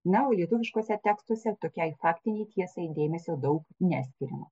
na o lietuviškuose tekstuose tokiai faktinei tiesai dėmesio daug neskiriama